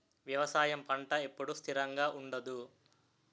వ్యవసాయం పంట ఎప్పుడు స్థిరంగా ఉండదు